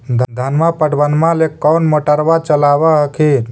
धनमा पटबनमा ले कौन मोटरबा चलाबा हखिन?